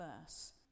verse